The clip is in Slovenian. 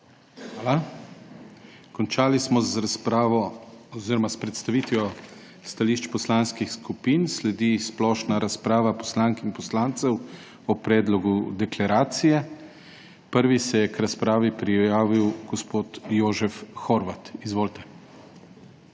Hvala. Končali smo s predstavitvijo stališč poslanskih skupin. Sledi splošna razprava poslank in poslancev o predlogu deklaracije. Prvi se je k razpravi prijavil gospod Jožef Horvat. Izvolite.